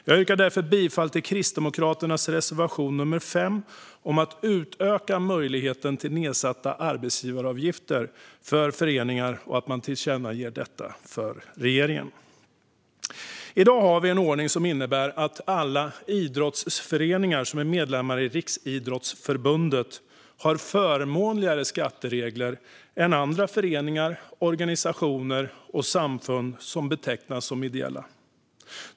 Jag yrkar därför bifall till Kristdemokraternas reservation nr 5 om att utöka möjligheten till nedsatta arbetsgivaravgifter för föreningar och att man tillkännager detta för regeringen. I dag har vi en ordning som innebär att alla idrottsföreningar som är medlemmar i Riksidrottsförbundet har förmånligare skatteregler än andra föreningar, organisationer och samfund som betecknas som ideella.